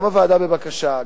גם הוועדה בבקשה,